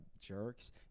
jerks